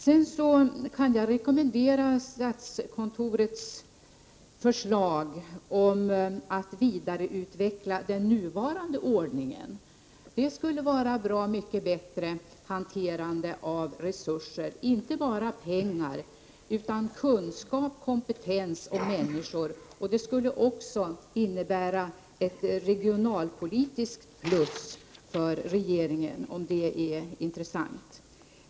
Sedan kan jag rekommendera statskontorets förslag om att vidareutveckla den nuvarande ordningen. Det skulle vara ett bra mycket bättre hanterande av resurser — inte bara pengar utan också kunskap, kompetens och människor. Det skulle också innebära ett regionalpolitiskt plus för regeringen, om det är intressant.